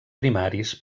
primaris